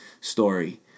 story